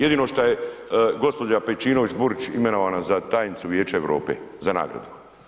Jedino šta je gospođa Pejčinović Burić imenovana za tajnicu Vijeća Europe za nagradu.